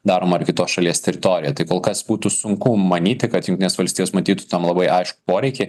daroma ir kitos šalies teritorijoje tai kol kas būtų sunku manyti kad jungtinės valstijos matytų tam labai aiškų poreikį